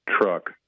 truck